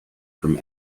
from